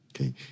Okay